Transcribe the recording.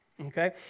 Okay